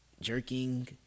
jerking